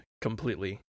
completely